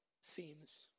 seems